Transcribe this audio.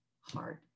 hard